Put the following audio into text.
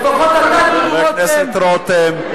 דודו רותם,